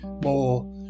more